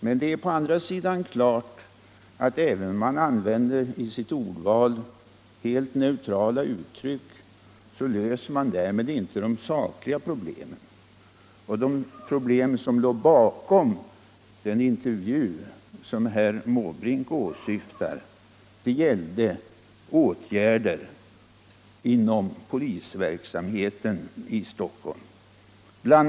Men det är å andra sidan klart att man, även om man i sitt ordval är helt neutral, inte därmed löser de sakliga problemen. De problem som låg bakom den intervju som herr Måbrink åsyftar gäller åtgärder inom polisverksamheten i Stockholm. BL.